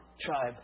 tribe